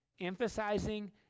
emphasizing